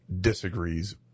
disagrees